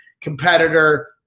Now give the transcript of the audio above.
competitor